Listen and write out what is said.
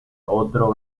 otro